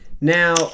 Now